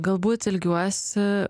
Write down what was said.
galbūt ilgiuosi